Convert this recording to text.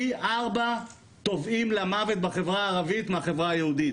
פי ארבעה טובעים למוות בחברה הערבית מהחברה היהודית,